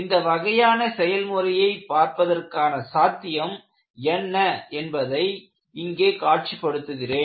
இந்த வகையான செயல்முறையைப் பார்ப்பதற்கான சாத்தியம் என்ன என்பதை இங்கே காட்சிப்படுத்துகிறேன்